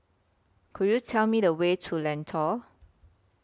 Could YOU Tell Me The Way to Lentor